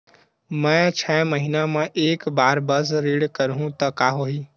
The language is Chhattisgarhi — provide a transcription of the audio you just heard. मैं छै महीना म एक बार बस ऋण करहु त का होही?